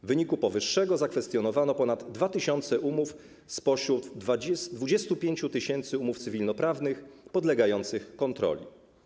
W wyniku powyższego zakwestionowano ponad 2 tys. umów spośród 25 tys. umów cywilnoprawnych podlegających kontroli.